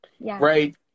right